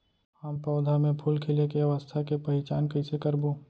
हम पौधा मे फूल खिले के अवस्था के पहिचान कईसे करबो